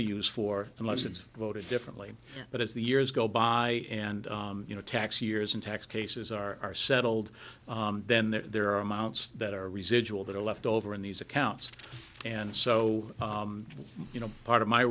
be used for unless it's voted differently but as the years go by and you know tax years and tax cases are settled then there are amounts that are residual that are left over in these accounts and so you know part of my